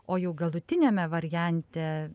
o jau galutiniame variante